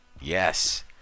yes